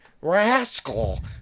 rascal